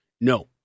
No